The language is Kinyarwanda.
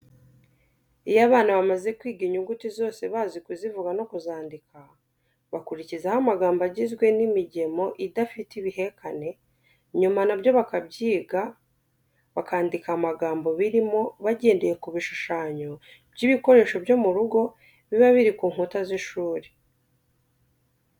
Iyo abana bamaze kwiga inyuguti zose bazi kuzivuga no kuzandika, bakurikizaho amagambo agizwe n'imigemo idafite ibihekane, nyuma na byo bakabyiga, bakandika amagambo birimo bagendeye ku bishushanyo by'ibikoresho byo mu rugo, biba biri ku nkuta z'ishuri.